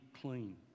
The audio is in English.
clean